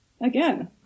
again